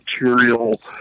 material